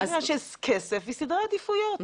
זה עניין של כסף וסדרי עדיפויות.